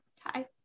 Hi